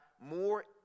more